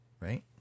Right